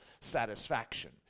satisfaction